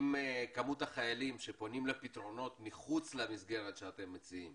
האם כמות החיילים שפונים לפתרונות מחוץ למסגרת שאתם מציעים